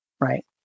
right